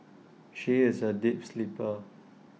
she is A deep sleeper